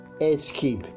escape